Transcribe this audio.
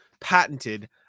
patented